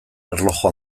erloju